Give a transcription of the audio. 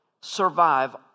survive